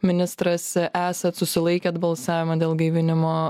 ministras esat susilaikėt balsavimą dėl gaivinimo